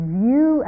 view